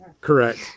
Correct